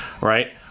right